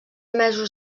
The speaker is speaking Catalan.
mesos